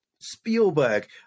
Spielberg